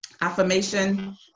affirmation